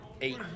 eight